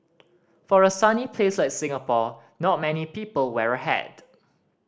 for a sunny place like Singapore not many people wear a hat